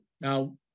Now